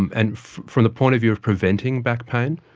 and from the point of view of preventing back pain,